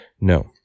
No